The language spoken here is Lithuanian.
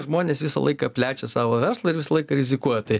žmonės visą laiką plečia savo verslą ir visą laiką rizikuoja tai